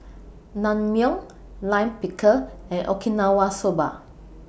Naengmyeon Lime Pickle and Okinawa Soba